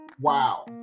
wow